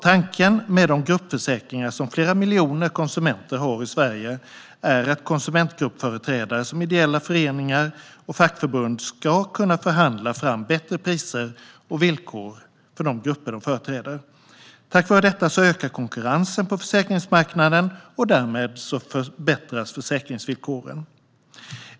Tanken med de gruppförsäkringar som flera miljoner konsumenter har i Sverige är att konsumentgruppföreträdare, som ideella föreningar och fackförbund, ska kunna förhandla fram bättre priser och villkor för de grupper som de företräder. Tack vare detta ökar konkurrensen på försäkringsmarknaden, och därmed förbättras försäkringsvillkoren.